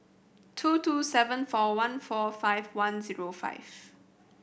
two two seven four one four five one zero five